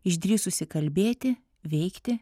išdrįsusi kalbėti veikti